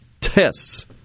tests